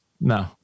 No